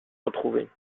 retrouver